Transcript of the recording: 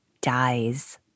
dies